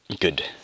good